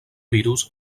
virus